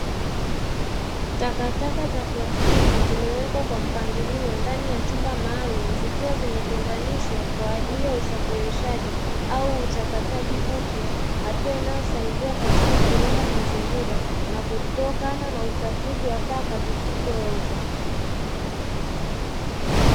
Takataka za plastiki zimewekwa kwa mpangilio ndani ya chumba maalumu, zikiwa zimetenganishwa kwa ajili ya usafirishaji au uchakataji upya hatua inayosaidia katika kulinda mazingira na kutokana na uchafuzi wa taka zisizo oza.